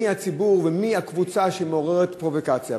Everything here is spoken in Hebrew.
מי הציבור ומי הקבוצה שמעוררת פרובוקציה?